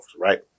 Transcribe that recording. Right